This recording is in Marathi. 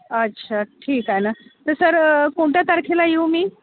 अच्छा ठीक आहे ना तर सर कोणत्या तारखेला येऊ मी